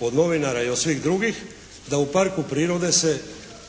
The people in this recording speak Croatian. od novinara i od svih drugih da u parku prirode se